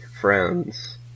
friends